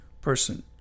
person